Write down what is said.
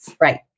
Right